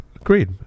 Agreed